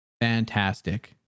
fantastic